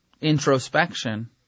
introspection